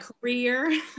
career